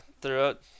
throughout